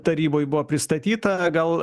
taryboj buvo pristatyta gal